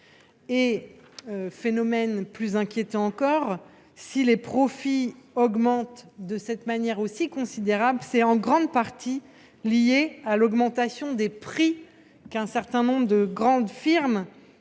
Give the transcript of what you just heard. %. Phénomène plus inquiétant encore, si les profits croissent de manière aussi considérable, c’est en grande partie à cause de l’augmentation des prix qu’un certain nombre de grandes firmes